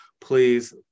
Please